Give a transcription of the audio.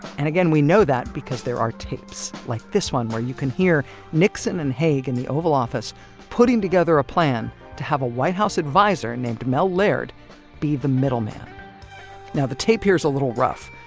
and again we know that because there are tapes like this one where you can hear nixon and haig in the oval office putting together a plan to have a white house adviser named mel laird be the middleman now, the tape here is a little rough,